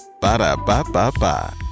ba-da-ba-ba-ba